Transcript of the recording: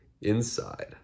inside